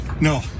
No